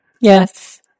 yes